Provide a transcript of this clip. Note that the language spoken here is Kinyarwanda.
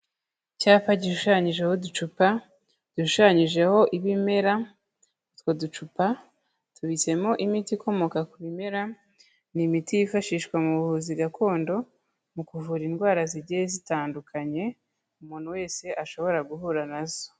Icyapa gishushanyijeho uducupa dushushanyijeho ibimera, utwo ducupa tubitsemo imiti ikomoka ku bimera, ni imiti yifashishwa mu buvuzi gakondo mu kuvura indwara zigiye zitandukanye umuntu wese ashobora guhura nazo.